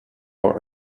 are